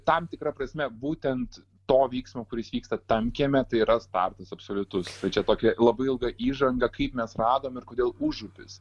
tam tikra prasme būtent to vyksmo kuris vyksta tam kieme tai yra startas absoliutus tai čia tokia labai ilga įžanga kaip mes radom ir kodėl užupis